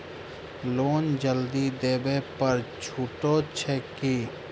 Loan जल्दी देबै पर छुटो छैक की?